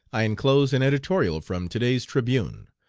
i inclose an editorial from to-day's tribune.